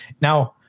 now